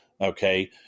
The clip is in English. Okay